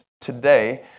today